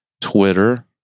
Twitter